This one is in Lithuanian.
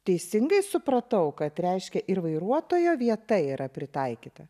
teisingai supratau kad reiškia ir vairuotojo vieta yra pritaikyta